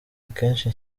akenshi